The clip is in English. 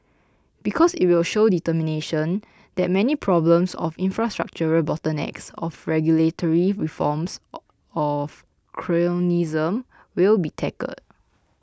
because it will show determination that many problems of infrastructural bottlenecks of regulatory reforms a of cronyism will be tackled